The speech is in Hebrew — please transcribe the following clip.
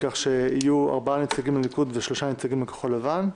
כך שיהיו ארבעה נציגים לליכוד ושלושה נציגים לכחול לבן.